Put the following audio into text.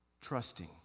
trusting